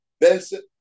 Benson